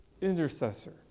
intercessor